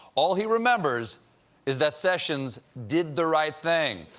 all he remembers is that sessions did the right thing.